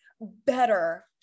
better